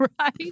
Right